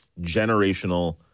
generational